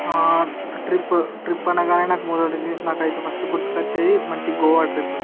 ఆ trip trip అనగానే నాకు మొదటిది నాకు అయితే ఫస్ట్ గుర్తు వచ్చేది మంచి గోవా ట్రిప్